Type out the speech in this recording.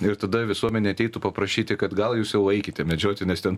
ir tada visuomenė ateitų paprašyti kad gal jūs jau eikite medžioti nes ten